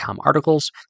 articles